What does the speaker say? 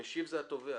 היום,